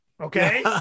Okay